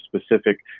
specific